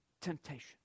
temptation